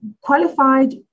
qualified